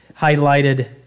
highlighted